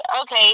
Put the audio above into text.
okay